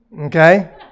Okay